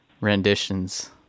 renditions